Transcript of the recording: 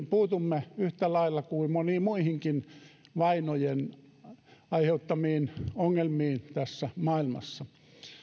puutumme yhtä lailla kuin moniin muihinkin vainojen aiheuttamiin ongelmiin tässä maailmassa